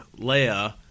Leia